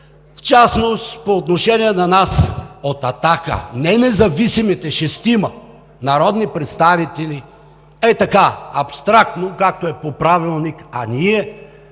В частност по отношение на нас, от „Атака“, не независимите шестима народни представители, ей така, абстрактно, както е по Правилник, а ние,